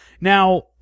Now